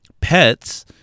Pets